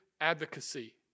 advocacy